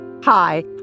Hi